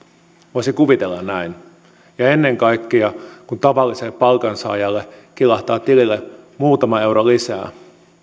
voisi kuvitella näin ja ennen kaikkea kun tavalliselle palkansaajalle kilahtaa tilille muutama euro lisää